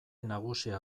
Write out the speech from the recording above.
nagusia